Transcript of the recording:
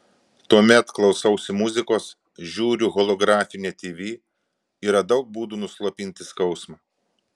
tuomet klausausi muzikos žiūriu holografinę tv yra daug būdų nuslopinti skausmą